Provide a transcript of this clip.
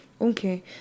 Okay